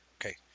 Okay